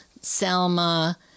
Selma